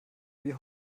wie